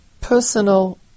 personal